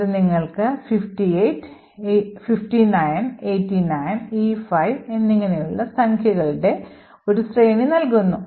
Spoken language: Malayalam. ഇത് നിങ്ങൾക്ക് 59 89 E5 എന്നിങ്ങനെയുള്ള സംഖ്യകളുടെ ഒരു ശ്രേണി നൽകുന്നു